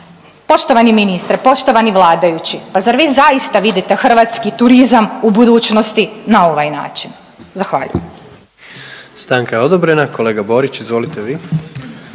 Poštovani ministre, poštovani vladajući, pa zar vi zaista vidite hrvatski turizam u budućnosti na ovaj način? Zahvaljujem.